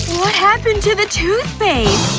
what happened to the toothpaste?